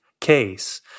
case